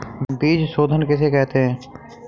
बीज शोधन किसे कहते हैं?